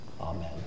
Amen